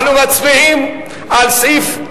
קבוצת סיעת חד"ש וקבוצת סיעות בל"ד רע"ם-תע"ל לסעיף 06,